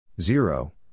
Zero